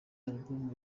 album